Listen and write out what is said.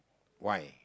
why